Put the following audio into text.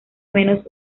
menos